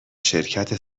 شرکت